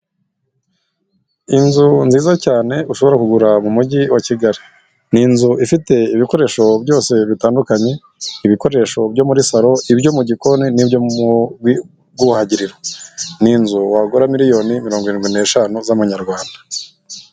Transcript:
Inzu nziza cyane ushobora kugura mu mujyi wa Kigali. Ni inzu ifite ibikoresho byose bitandukanye ibikoresho byo muri salo, ibyo mu gikoni n'ibyo mu bwuhagiriro. Ni inzu wagura miliyoni mirongo irindwi n'eshanu z'amanyarwanda.